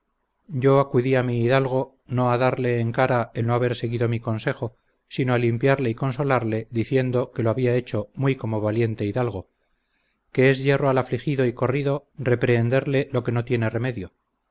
yo acudí a mi hidalgo no a darle en cara el no haber seguido mi consejo sino a limpiarle y consolarle diciendo que lo había hecho muy como valiente hidalgo que es yerro al afligido y corrido reprehenderle lo que no tiene remedio